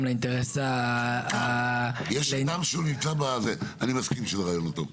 לאינטרס --- אני מסכים שזה רעיון לא טוב.